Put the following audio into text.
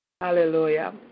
Hallelujah